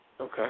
Okay